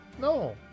no